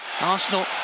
Arsenal